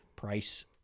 Price